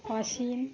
অশীন